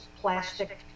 plastic